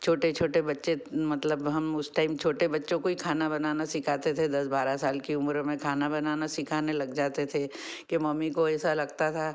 छोटे छोटे बच्चे मतलब हम उस टाइम छोटे बच्चों को ही खाना बनाना सिखाते थे दस बारह साल की उम्र में खाना सिखाने लग जाते थे के मम्मी को ऐसा लगता था